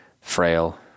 frail